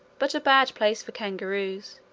but a bad place for kangaroos,